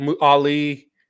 Ali